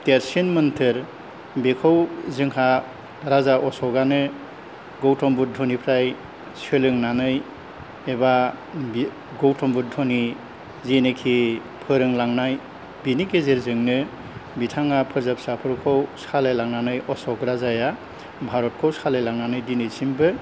देरसिन मोनथोर बेखौ जोंहा राजा अशकआनो गौतम बुद्धनिफ्राय सोलोंनानै एबा गौतम बुद्धनि जेनोखि फोरोंलांनाय बिनि गेजेरजोंनो बिथाङा फोरजा फिसाफोरखौ सालायलांनानै अशक राजाया भारतखौ सालायलांनानै दिनैसिमबो